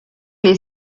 les